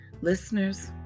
Listeners